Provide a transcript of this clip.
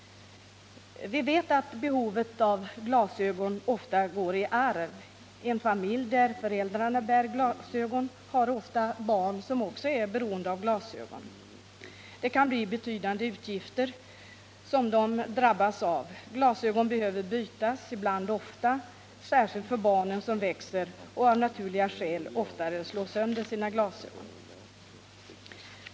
Behovet av glasögon går ofta i arv. En familj där föräldrarna bär glasögon har ofta barn som också är beroende av glasögon. Det kan bli en betydande utgift som de drabbas av. Glasögon behöver bytas, ibland ofta, särskilt när det gäller barn som växer och som av naturliga skäl oftare slår sönder sina glasögon.